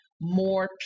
more